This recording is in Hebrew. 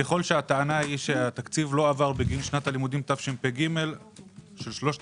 ככל שהטענה היא שהתקציב לא הועבר בגין שנת הלימודים תשפ"ג של שלושת